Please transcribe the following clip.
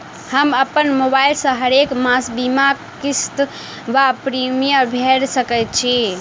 हम अप्पन मोबाइल सँ हरेक मास बीमाक किस्त वा प्रिमियम भैर सकैत छी?